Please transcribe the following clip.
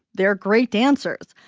they're great dancers.